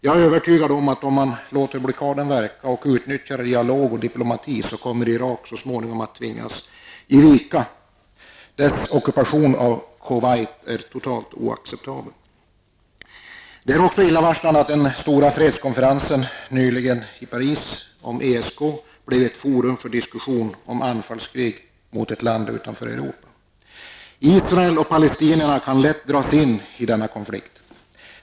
Jag är övertygad om att Irak, om man låter blockaden verka och utnyttjar dialog och diplomati, så småningom kommer att tvingas ge vika. Iraks ockupation av Kuwait är totalt oacceptabel. Det är också illavarslande att den stora fredskonferensen inom ramen för ESK som nyligen hölls i Paris blev ett forum för diskussion om anfallskrig mot ett land utanför Europa. Israel och palestinierna kan lätt dras in i denna konflikt.